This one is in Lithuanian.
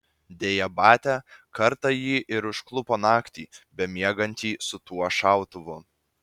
deja batia kartą jį ir užklupo naktį bemiegantį su tuo šautuvu